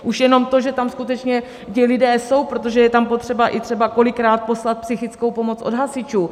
Už jenom to, že tam skutečně ti lidé jsou, protože je tam potřeba, i třeba kolikrát, poslat psychickou pomoc od hasičů.